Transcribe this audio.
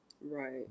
Right